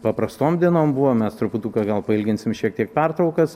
paprastom dienom buvo mes truputuką gal pailginsim šiek tiek pertraukas